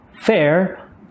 fair